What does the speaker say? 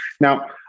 Now